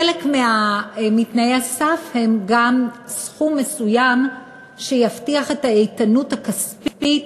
חלק מתנאי הסף הם גם סכום מסוים שיבטיח את האיתנות הכספית,